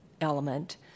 element